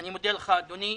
אני מודה לך, אדוני.